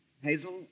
Hazel